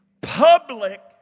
public